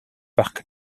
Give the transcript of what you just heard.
park